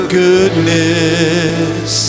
goodness